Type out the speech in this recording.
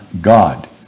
God